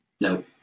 No